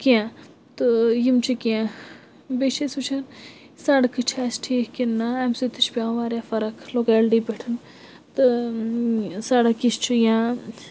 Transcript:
کینٛہہ تہٕ یِم چھِ کینٛہہ بیٚیہِ چھِ أسۍ وُچھان سَڑکہٕ چھِ اَسہِ ٹھیٖک کِنہٕ نہ اَمہِ سۭتۍ تہِ چھُ پٮ۪وان واریاہ فرق لوکٮ۪لٹی پٮ۪ٹھ تہٕ سَڑک یہِ چھُ یا